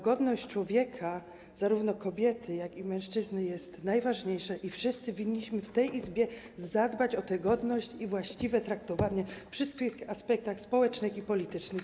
Godność człowieka, zarówno kobiety, jak i mężczyzny, jest najważniejsza i wszyscy winniśmy w tej Izbie zadbać o tę godność i właściwe traktowanie we wszystkich aspektach społecznych i politycznych.